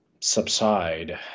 subside